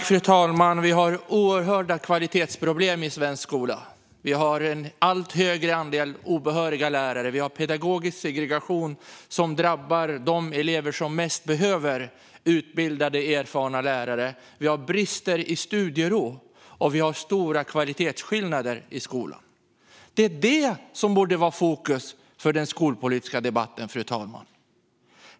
Fru talman! Vi har oerhörda kvalitetsproblem i svensk skola. Vi har en allt större andel obehöriga lärare, och vi har en pedagogisk segregation som drabbar de elever som mest behöver utbildade och erfarna lärare. Vi har brister i studiero, och vi har stora kvalitetsskillnader i skolan. Det är detta som borde vara fokus för den skolpolitiska debatten, fru talman.